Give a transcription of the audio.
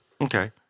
Okay